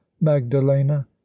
magdalena